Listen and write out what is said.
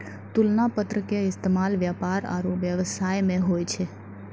तुलना पत्र के इस्तेमाल व्यापार आरु व्यवसाय मे होय छै